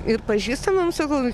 ir pažįstamam sakau